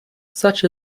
such